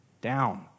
down